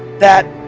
that,